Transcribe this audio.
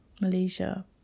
Malaysia